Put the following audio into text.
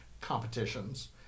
competitions